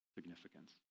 significance